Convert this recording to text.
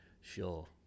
Sure